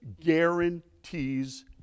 guarantees